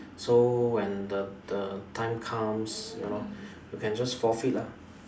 so when the the time comes you know you can just forfeit lah